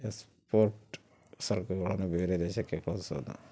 export ಸರಕುಗಳನ್ನ ಬೇರೆ ದೇಶಕ್ಕೆ ಕಳ್ಸೋದು